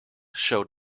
showed